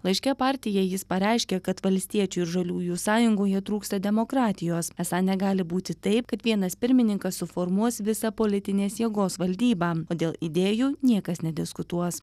laiške partijai jis pareiškė kad valstiečių ir žaliųjų sąjungoje trūksta demokratijos esą negali būti taip kad vienas pirmininkas suformuos visą politinės jėgos valdybą o dėl idėjų niekas nediskutuos